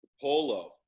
Polo